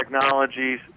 technologies